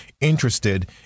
interested